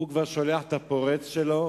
הוא כבר שולח את הפורץ שלו